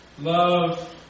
love